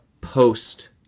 post